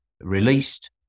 released